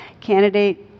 Candidate